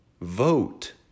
Vote